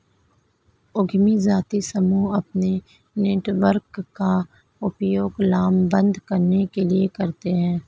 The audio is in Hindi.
उद्यमी जातीय समूह अपने नेटवर्क का उपयोग लामबंद करने के लिए करते हैं